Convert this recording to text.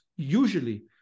Usually